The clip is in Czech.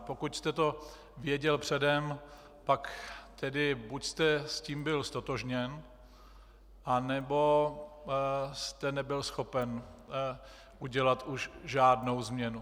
Pokud jste to věděl předem, pak tedy buď jste s tím byl ztotožněn, anebo jste nebyl schopen udělat už žádnou změnu.